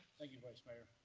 thank you, vice mayor.